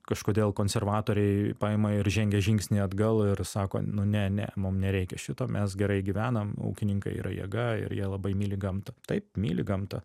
kažkodėl konservatoriai paima ir žengia žingsnį atgal ir sako nu ne ne mum nereikia šito mes gerai gyvenam ūkininkai yra jėga ir jie labai myli gamtą taip myli gamtą